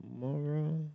tomorrow